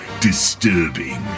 disturbing